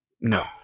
No